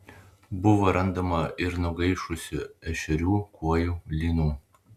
buvo randama ir nugaišusių ešerių kuojų lynų